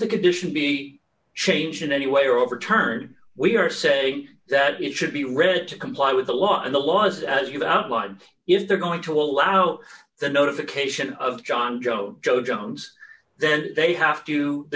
the condition be changed in any way or overturn we are saying that it should be read to comply with the law and the laws as you've outlined if they're going to allow the notification of john joe joe johns then they have to the